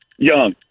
Young